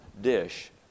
dish